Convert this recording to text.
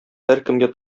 һәркемгә